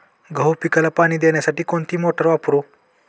गहू पिकाला पाणी देण्यासाठी कोणती मोटार वापरू?